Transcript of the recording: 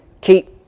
Keep